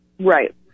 Right